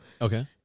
Okay